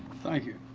thank you.